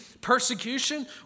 persecution